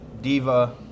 diva